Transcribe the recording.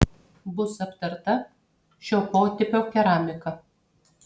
bus aptarta šio potipio keramika